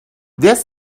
this